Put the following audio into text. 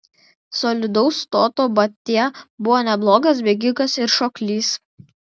solidaus stoto batia buvo neblogas bėgikas ir šoklys